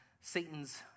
Satan's